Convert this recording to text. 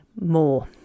more